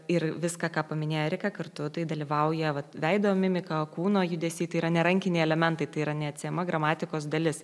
ir viską ką paminėjo erika kartu tai dalyvauja vat veido mimika kūno judesiai tai yra ne rankiniai elementai tai yra neatsiejama gramatikos dalis